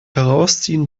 herausziehen